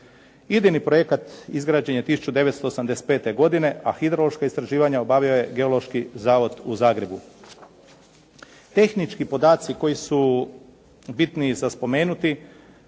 Idejni projekat izgrađen je 1985. godine, a hidrološka istraživanja obavio je Geološki zavod u Zagrebu. Tehnički podaci koji su bitni za spomenuti